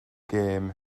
gem